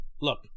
look